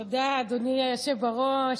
תודה, אדוני היושב-ראש.